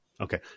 Okay